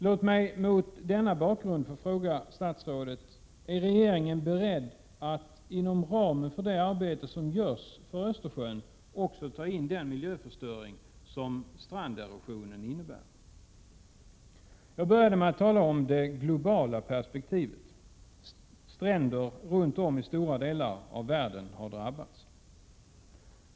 Låt mig mot denna bakgrund få fråga statsrådet: Är regeringen beredd att inom ramen för det arbete som görs för Östersjön också ta in den miljöförstöring som stranderosionen innebär? Jag började med att tala om det globala perspektivet. Stränder runt om i ; 47 stora delar av världen har drabbats.